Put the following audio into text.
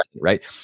right